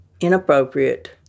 inappropriate